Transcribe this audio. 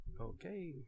Okay